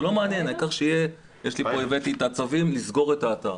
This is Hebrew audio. זה לא מעניין לסגור את האתר.